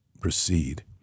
proceed